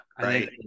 right